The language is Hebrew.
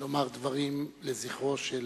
לומר דברים לזכרו של